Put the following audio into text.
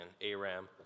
Aram